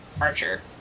Archer